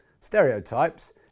stereotypes